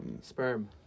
sperm